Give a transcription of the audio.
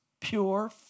pure